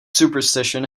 superstition